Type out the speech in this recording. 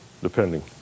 depending